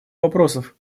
вопросов